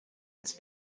its